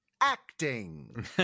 acting